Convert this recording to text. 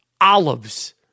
olives